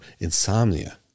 insomnia